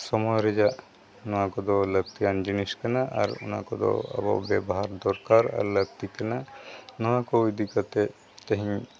ᱥᱚᱢᱚᱭ ᱨᱮᱭᱟᱜ ᱱᱚᱣᱟ ᱠᱚᱫᱚ ᱞᱟᱹᱠᱛᱤᱭᱟᱱ ᱡᱤᱱᱤᱥ ᱠᱟᱱᱟ ᱟᱨ ᱚᱱᱟ ᱠᱚᱫᱚ ᱟᱵᱚ ᱵᱮᱵᱚᱦᱟᱨ ᱫᱚᱨᱠᱟᱨ ᱟᱨ ᱞᱟᱹᱠᱛᱤᱜ ᱠᱟᱱᱟ ᱱᱚᱣᱟ ᱠᱚ ᱤᱫᱤ ᱠᱟᱛᱮᱫ ᱛᱮᱦᱮᱧ